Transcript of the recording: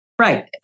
Right